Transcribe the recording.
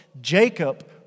Jacob